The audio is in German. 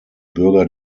bürger